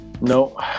No